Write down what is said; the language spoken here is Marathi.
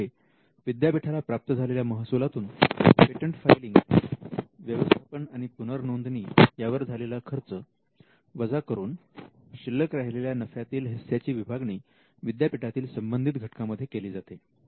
यामध्ये विद्यापीठाला प्राप्त झालेल्या महसुलातून पेटंट फायलिंग व्यवस्थापन आणि पुनरनोंदणी यावर झालेला खर्च वजा करून शिल्लक राहिलेल्या नफ्यातील हिस्सा ची विभागणी विद्यापीठातील संबंधित घटकां मध्ये केली जाते